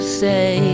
say